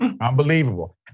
Unbelievable